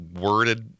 worded